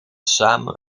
samen